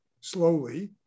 slowly